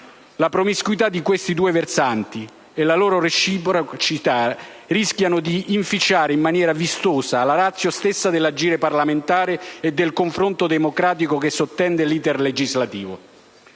La promiscuità di questi due versanti o la loro reciprocità rischiano di inficiare in maniera vistosa la *ratio* stessa dell'agire parlamentare e del confronto democratico alla base dell'*iter* legislativo.